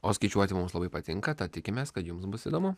o skaičiuoti mums labai patinka tad tikimės kad jums bus įdomu